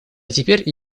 теперь